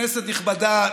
כנסת נכבדה,